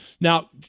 Now